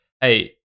hey